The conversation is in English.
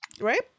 right